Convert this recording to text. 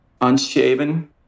unshaven